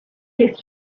his